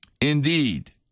Indeed